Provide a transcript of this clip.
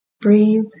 Breathe